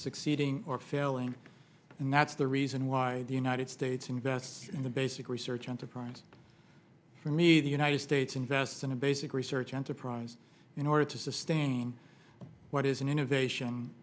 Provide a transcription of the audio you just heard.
succeeding or failing and that's the reason why do not it states invest in the basic research enterprise for me the united states invests in a basic research enterprise in order to sustain what is an innovation